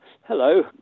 Hello